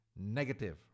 negative